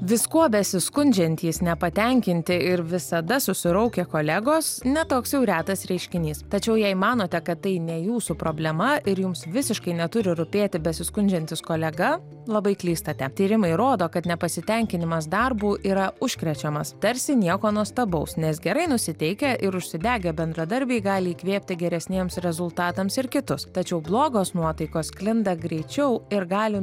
viskuo besiskundžiantys nepatenkinti ir visada susiraukę kolegos ne toks jau retas reiškinys tačiau jei manote kad tai ne jūsų problema ir jums visiškai neturi rūpėti besiskundžiantis kolega labai klystate tyrimai rodo kad nepasitenkinimas darbu yra užkrečiamas tarsi nieko nuostabaus nes gerai nusiteikę ir užsidegę bendradarbiai gali įkvėpti geresniems rezultatams ir kitus tačiau blogos nuotaikos sklinda greičiau ir gali